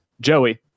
Joey